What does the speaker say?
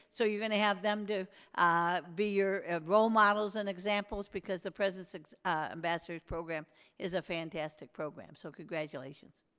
so you're gonna have them to be your role models and examples because the president's ambassadors program is a fantastic program so congratulations.